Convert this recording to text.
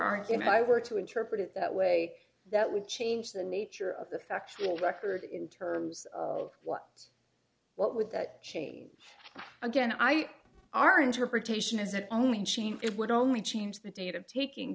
aren't and i were to interpret it that way that would change the nature of the factual record in terms of what what would that change again i our interpretation is it only change it would only change the date of taking